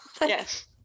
Yes